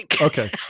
Okay